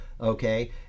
Okay